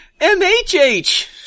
MHH